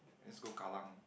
let's go Kallang